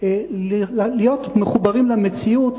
להיות מחוברים למציאות